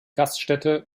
gaststätte